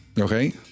Okay